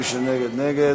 מי שנגד, נגד.